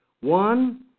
One